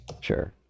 Sure